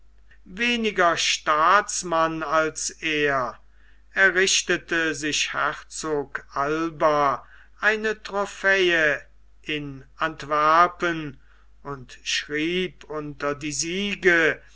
weniger staatsmann als er errichtete sich herzog alba eine trophäe in antwerpen und schrieb unter die siege